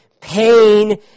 pain